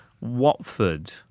Watford